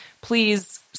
Please